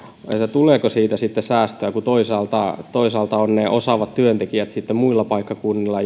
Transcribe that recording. tuleeko siitä sitten säästöä kun toisaalta toisaalta ne osaavat työntekijät ovat sitten muilla paikkakunnilla